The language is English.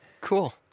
Cool